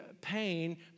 pain